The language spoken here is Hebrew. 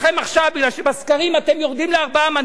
כי בסקרים אתם יורדים לארבעה מנדטים?